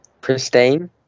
Pristine